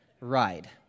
ride